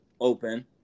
open